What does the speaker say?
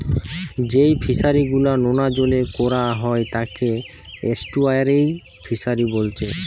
যেই ফিশারি গুলা নোনা জলে কোরা হয় তাকে এস্টুয়ারই ফিসারী বোলছে